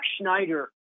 Schneider